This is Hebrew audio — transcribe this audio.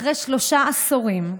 אחרי שלושה עשורים,